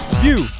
view